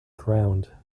ground